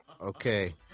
Okay